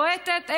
בועטת,